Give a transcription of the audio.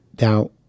Now